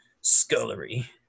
scullery